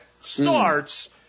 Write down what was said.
starts –